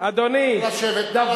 זו